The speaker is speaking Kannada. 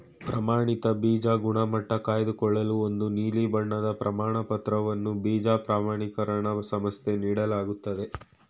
ಪ್ರಮಾಣಿತ ಬೀಜ ಗುಣಮಟ್ಟ ಕಾಯ್ದುಕೊಳ್ಳಲು ಒಂದು ನೀಲಿ ಬಣ್ಣದ ಪ್ರಮಾಣಪತ್ರವನ್ನು ಬೀಜ ಪ್ರಮಾಣಿಕರಣ ಸಂಸ್ಥೆ ನೀಡಲಾಗ್ತದೆ